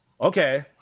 Okay